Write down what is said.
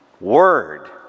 word